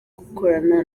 gukorana